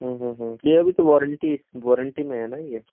ये अभी तो वारंटी वारंटी में है ना ये